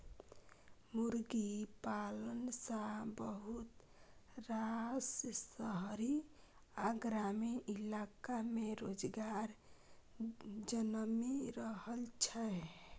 मुर्गी पालन सँ बहुत रास शहरी आ ग्रामीण इलाका में रोजगार जनमि रहल छै